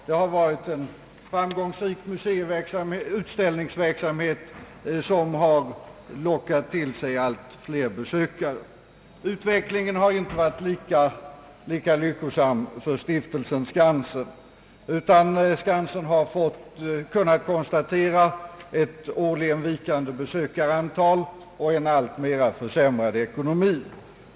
Det har varit en framgångsrik utställningsverksamhet som har lockat till sig allt fler besökare. Utvecklingen har inte varit lika lyckosam för stiftelsen Skansen, utan Skansen har kunnat konstatera ett årligen vikande besökarantal och en alltmer försämrad ekonomi.